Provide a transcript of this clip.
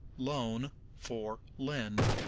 loan for lend.